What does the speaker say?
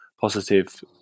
positive